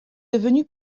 devenue